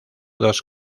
dos